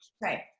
right